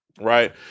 right